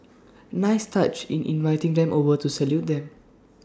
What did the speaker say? nice touch in inviting them over to salute them